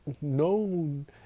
known